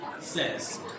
says